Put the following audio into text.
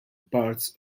parts